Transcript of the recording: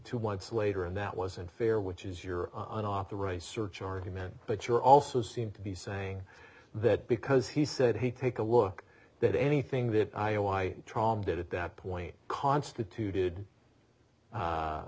two months later and that wasn't fair which is you're on authorize search argument but you're also seemed to be saying that because he said he'd take a look that anything that i o i truong did at that point constituted